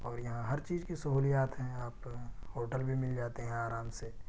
اور یہاں ہر چیز کی سہولیات ہیں آپ ہوٹل بھی مل جاتے ہیں آرام سے